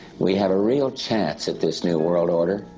we have a real chance at this new world order.